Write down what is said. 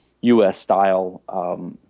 US-style